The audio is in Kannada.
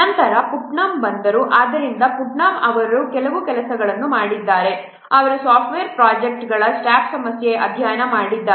ನಂತರ ಪುಟ್ನಮ್ ಬಂದರು ಆದ್ದರಿಂದ ಪುಟ್ನಮ್ ಅವರು ಕೆಲವು ಕೆಲಸಗಳನ್ನು ಮಾಡಿದ್ದಾರೆ ಅವರು ಸಾಫ್ಟ್ವೇರ್ ಪ್ರೊಜೆಕ್ಟ್ಗಳ ಸ್ಟಾಫ್ ಸಮಸ್ಯೆಯನ್ನು ಅಧ್ಯಯನ ಮಾಡಿದ್ದಾರೆ